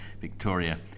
victoria